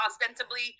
ostensibly